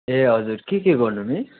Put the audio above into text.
ए हजुर के के गर्नु मिस